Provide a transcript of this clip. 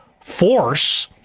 force